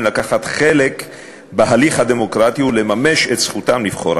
לקחת חלק בהליך הדמוקרטי ולממש את זכותם לבחור.